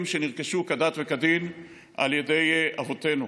שנרכשו כדת וכדין על ידי אבותינו.